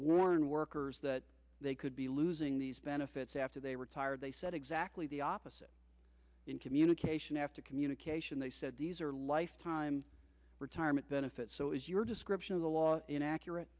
warn workers that they could be losing these benefits after they retire they said exactly the opposite in communication after communication they said these are lifetime retirement benefits so is your description of the law inaccurate